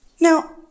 Now